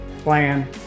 plan